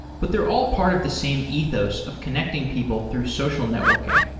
but they're all part of the same ethos of connecting people through social networking.